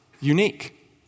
unique